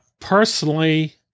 Personally